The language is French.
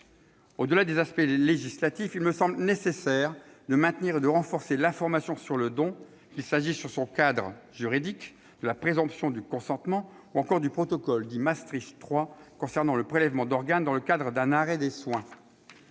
Au-delà des aspects législatifs, il me semble nécessaire de maintenir et de renforcer l'information sur le don, qu'il s'agisse de son cadre juridique, de la présomption de consentement ou encore du protocole dit « Maastricht III », concernant le prélèvement d'organes dans le cadre d'un arrêt des soins.